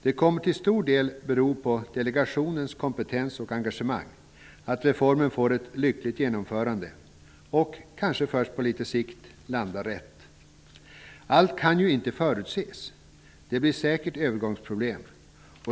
Det kommer till stor del att bero på delegationens kompetens och engagemang att reformen får ett lyckligt genomförande och kanske först på litet sikt landar rätt. Allt kan ju inte förutses. Det blir säkert övergångsproblem.